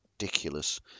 ridiculous